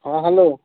ହଁ ହ୍ୟାଲୋ